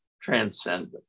transcendent